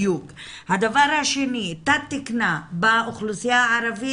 הדבר השני, תת תקינה באוכלוסייה הערבית.